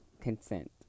consent